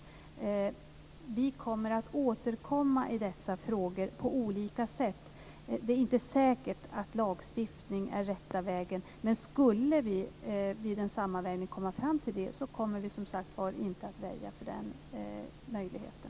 Regeringen kommer att återkomma i dessa frågor på olika sätt. Det är inte säkert att lagstiftning är rätta vägen. Men skulle vi vid en sammanvägning komma fram till det kommer vi inte att väja för den möjligheten.